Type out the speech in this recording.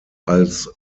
als